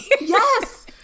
Yes